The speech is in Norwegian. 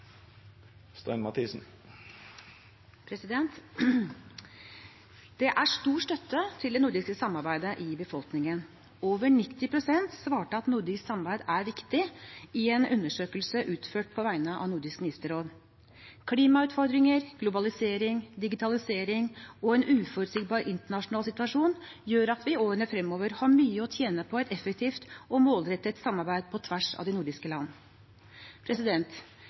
Det er stor støtte til det nordiske samarbeidet i befolkningen. Over 90 pst. svarte at nordisk samarbeid er viktig, i en undersøkelse utført på vegne av Nordisk ministerråd. Klimautfordringer, globalisering, digitalisering og en uforutsigbar internasjonal situasjon gjør at vi i årene fremover har mye å tjene på et effektivt og målrettet samarbeid på tvers av de nordiske land.